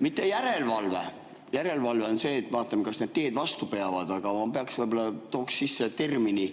Mitte järelevalve – järelevalve on see, et vaatame, kas need teed vastu peavad, aga ma võib-olla tooks sisse termini